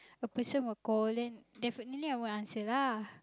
a person will call then definitely I won't answer lah